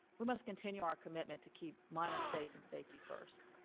we must continue our commitment to keep miners safe and safety first.